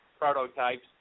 prototypes